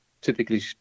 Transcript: typically